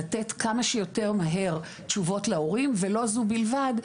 לתת כמה שיותר מהר תשובות להורים ולא זו בלבד,